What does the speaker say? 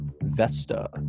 Vesta